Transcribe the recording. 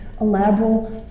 elaborate